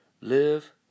live